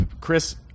Chris